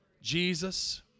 Jesus